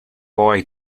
boy